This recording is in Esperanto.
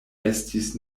estis